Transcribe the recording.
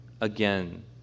again